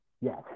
yes